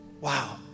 Wow